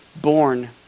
born